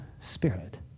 spirit